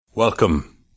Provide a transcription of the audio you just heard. Welcome